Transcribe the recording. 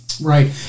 Right